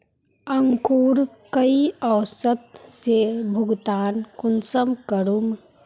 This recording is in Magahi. अंकूर कई औसत से भुगतान कुंसम करूम?